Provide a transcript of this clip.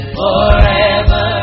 forever